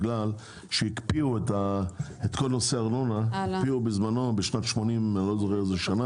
בגלל שהקפיאו את כל נושא הארנונה בשנת 1980 ומשהו.